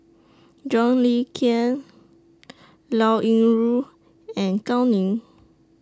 John Le Cain Liao Yingru and Gao Ning